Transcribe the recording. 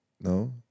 No